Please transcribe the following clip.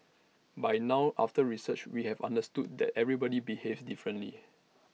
by now after research we have understood that everybody behaves differently